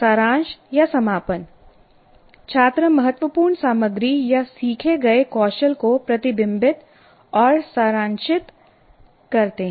सारांश या समापन छात्र महत्वपूर्ण सामग्री या सीखे गए कौशल को प्रतिबिंबित और सारांशित करते हैं